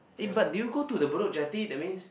eh but did you go to the Bedok-Jetty that means